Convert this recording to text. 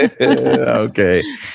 Okay